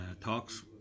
talks